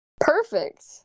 Perfect